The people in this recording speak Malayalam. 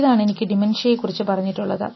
ഇതാണ് എനിക്ക് ഡിമൻഷ്യയെ കുറിച്ച് പറഞ്ഞിട്ടുള്ളത്